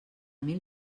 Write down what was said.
mil